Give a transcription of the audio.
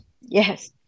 Yes